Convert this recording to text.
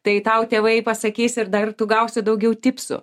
tai tau tėvai pasakys ir dar tu gausi daugiau tipsų